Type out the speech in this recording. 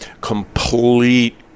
complete